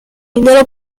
dinero